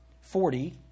Forty